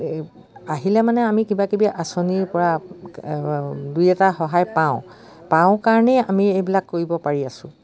এই আহিলে মানে আমি কিবাকিবি আঁচনিৰপৰা দুই এটা সহায় পাওঁ পাওঁ কাৰণেই আমি এইবিলাক কৰিব পাৰি আছোঁ